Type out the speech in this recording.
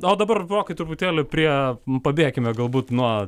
o dabar rokai truputėlį prie pabėkime galbūt nuo